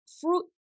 fruit